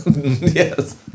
Yes